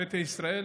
ביתא ישראל.